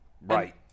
right